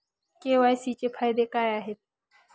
KYC चे फायदे काय आहेत?